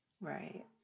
Right